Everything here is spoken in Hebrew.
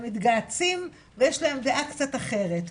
הם מתגהצים ויש להם דעה קצת אחרת.